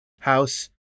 house